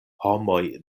homoj